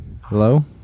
Hello